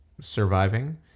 surviving